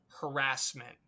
harassment